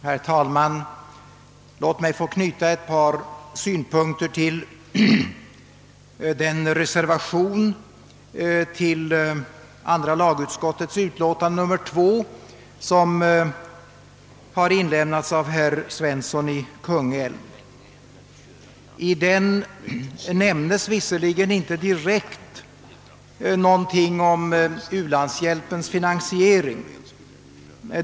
Herr talman! Låt mig få knyta ett par synpunkter till den reservation till andra lagutskottets utlåtande nr 2 som inlämnats av herr Svensson i Kungälv. I den nämndes visserligen inte någonting direkt om u-landshjälpens finansiering.